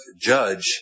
judge